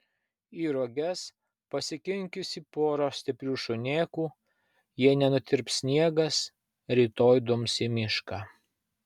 į roges pasikinkiusi porą stiprių šunėkų jei nenutirps sniegas rytoj dums į mišką